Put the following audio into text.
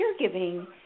caregiving